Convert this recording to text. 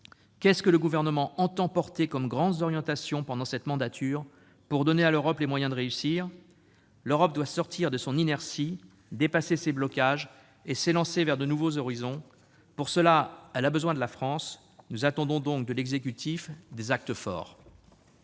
orientations le Gouvernement entend-il porter pendant cette mandature pour donner à l'Europe les moyens de réussir ? L'Europe doit sortir de son inertie, dépasser ses blocages et s'élancer vers de nouveaux horizons. Pour cela, elle a besoin de la France. Nous attendons donc de l'exécutif des actes forts.